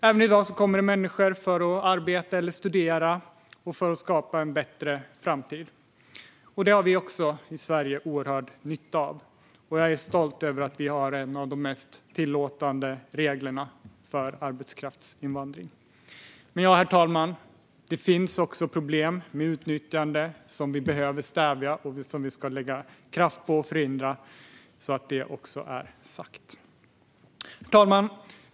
Även i dag kommer människor hit för att arbeta eller studera och för att skapa sig en bättre framtid. Det har vi oerhörd nytta av, och jag är stolt över att Sverige har ett av världens mest tillåtande regelverk för arbetskraftsinvandring. Men ja, herr talman, det finns problem med utnyttjande, och det behöver vi stävja och lägga kraft på att förhindra. Så var det också sagt. Herr talman!